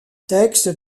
texte